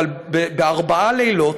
אבל בארבעה לילות,